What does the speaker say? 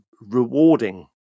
rewarding